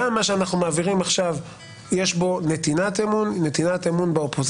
אז עם כל הכבוד,